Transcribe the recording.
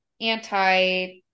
anti